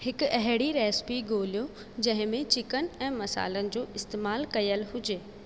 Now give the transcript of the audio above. हिकु अहिड़ी रेसिपी ॻोल्हयो जंहिंमे चिकन ऐं मसालनि जो इस्तेमालु कयलु हुजे